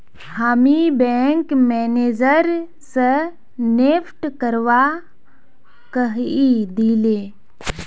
हामी bank manager स NEFT करवा कहइ दिले